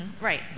Right